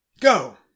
Go